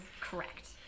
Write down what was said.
correct